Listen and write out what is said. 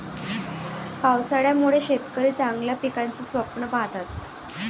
पावसाळ्यामुळे शेतकरी चांगल्या पिकाचे स्वप्न पाहतात